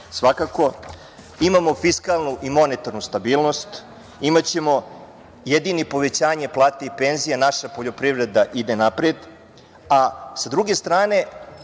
na mene. Imamo fiskalnu i monetarnu stabilnost. Imaćemo jedini povećanje plata i penzija. Naša poljoprivreda ide napred. S druge strane,